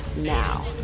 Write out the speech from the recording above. now